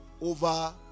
over